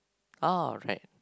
oh right